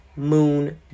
Moon